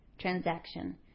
transaction